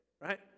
right